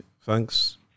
thanks